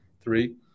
three